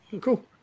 cool